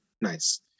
nice